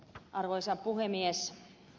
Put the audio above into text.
arvoisa puhemies